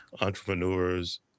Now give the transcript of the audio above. entrepreneurs